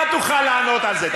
כי מה תוכל לענות על זה,